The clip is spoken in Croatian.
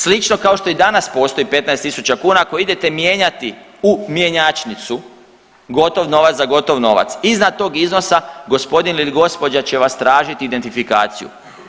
Slično kao što i danas postoji 15 tisuća kuna, ako idete mijenjati u mjenjačnicu, gotov novac za gotov novac, iznad tog iznosa gospodin ili gospođa će vas tražiti identifikaciju.